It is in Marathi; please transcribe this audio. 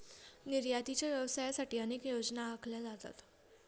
निर्यातीच्या व्यवसायासाठी अनेक योजना आखल्या जातात